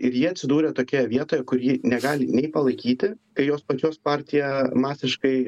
ir jie atsidūrė tokioje vietoje kur ji negali nei palaikyti kai jos pačios partija masiškai